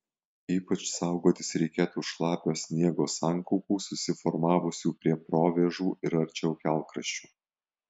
ypač saugotis reikėtų šlapio sniego sankaupų susiformavusių prie provėžų ir arčiau kelkraščių